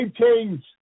change